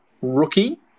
rookie